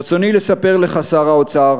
ברצוני לספר לך, שר האוצר,